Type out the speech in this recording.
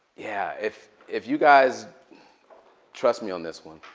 yeah, if if you guys trust me on this one.